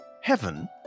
heaven